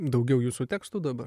daugiau jūsų tekstų dabar